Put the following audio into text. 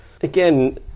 again